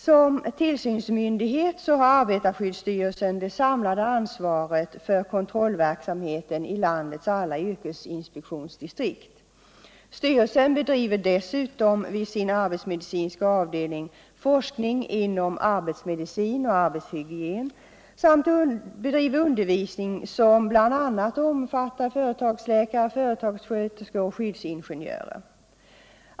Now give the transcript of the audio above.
Som tillsynsmyndighet har arbetarskyddsstyrelsen det samlade ansvaret för kontrollverksamheten i landets alla yrkesinspektionsdistrikt. Styrelsen bedriver dessutom vid sin arbetsmedicinska avdelning forskning inom arbetsmedicin och arbetshygien, och den bedriver undervisning, som bl.a. omfattar företagsläkare, företagssköterskor och skyddsingenjörer.